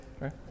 right